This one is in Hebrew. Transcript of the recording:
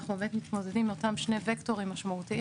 אנחנו מתמודדים עם אותם שני וקטורים משמעותיים,